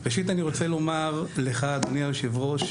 ראשית, אני רוצה לומר לך, אדוני היושב-ראש,